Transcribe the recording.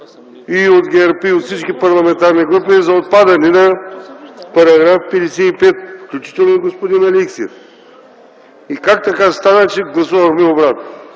и от ГЕРБ, и от всички парламентарни групи за отпадане на § 55, включително и господин Алексиев, как така стана, че гласувахме обратното?